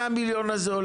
מאות מיליונים.